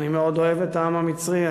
אני מאוד אוהב את העם המצרי,